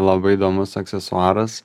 labai įdomus aksesuaras